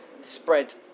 spread